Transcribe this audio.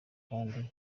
kandi